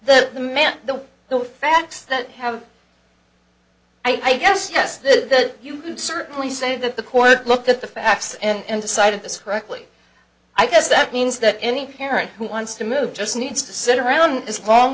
the the facts that have i guess yes that you could certainly say that the court looked at the facts and decided this correctly i guess that means that any parent who wants to move just needs to sit around as long